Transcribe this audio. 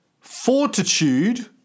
fortitude